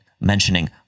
mentioning